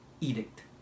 edict